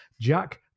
jack